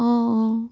অঁ অঁ